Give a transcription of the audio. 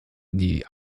die